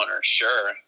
sure